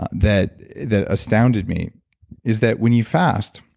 ah that that astounded me is that when you fast,